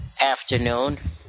afternoon